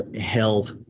health